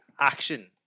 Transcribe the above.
action